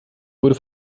wurde